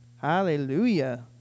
hallelujah